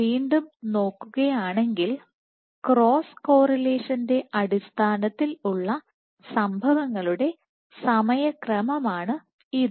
വീണ്ടും നോക്കുകയാണെങ്കിൽ ക്രോസ് കോറിലേഷൻറെ അടിസ്ഥാനത്തിൽ ഉള്ള സംഭവങ്ങളുടെ സമയക്രമമാണ് ഇത്